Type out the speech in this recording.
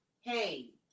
hey